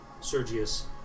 Sergius